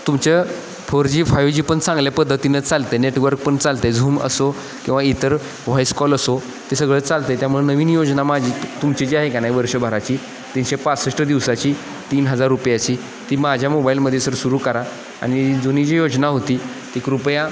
तुमचं four G five G पण चांगल्या पद्धतीनं चालते नेटवर्क पण चालते झूम असो किंवा इतर व्हॉईस कॉल असो ते सगळं चालतं आहे त्यामुळे नवीन योजना माझी तुमची जी आहे का नाही वर्षभराची तीनशे पासष्ट दिवसाची तीन हजार रुपयाची ती माझ्या मोबाईलमध्ये जर सुरू करा आणि जुनी जी योजना होती ती कृपया